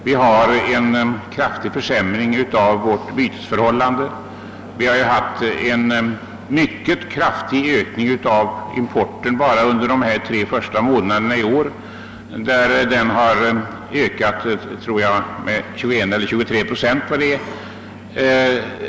Vi har fått en kraftig försämring av vårt bytesförhållande. Vi har haft en mycket kraftig ökning av importen, och bara under de tre första månaderna i år tror jag att den har ökat med 21 eller 23 procent.